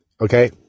okay